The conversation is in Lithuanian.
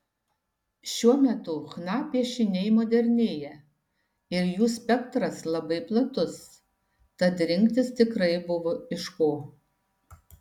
šiuo metu chna piešiniai modernėja ir jų spektras labai platus tad rinktis tikrai buvo iš ko